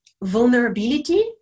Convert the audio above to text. vulnerability